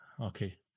Okay